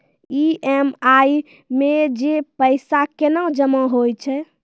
EMI मे जे पैसा केना जमा होय छै?